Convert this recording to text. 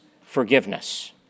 forgiveness